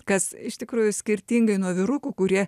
kas iš tikrųjų skirtingai nuo vyrukų kurie